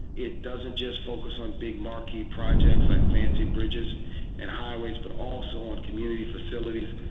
it doesn't just focus on big marquee projects like fancy bridges and highways but also on community facilities.